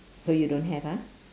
so you don't have ah